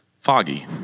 foggy